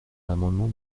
l’amendement